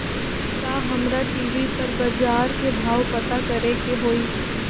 का हमरा टी.वी पर बजार के भाव पता करे के होई?